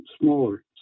smaller